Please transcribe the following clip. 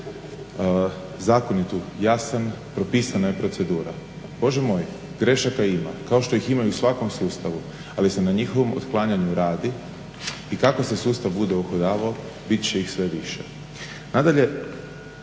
Zakon je tu jasan, propisana je procedura. Bože moj, grešaka ima kao što ih ima i u svakom sustavu ali se na njihovom uklanjanju radi i kako se sustav bude uhodavao bit će ih sve više. Nadalje,